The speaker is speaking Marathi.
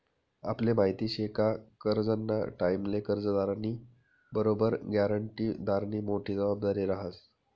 आपले माहिती शे का करजंना टाईमले कर्जदारनी बरोबर ग्यारंटीदारनी मोठी जबाबदारी रहास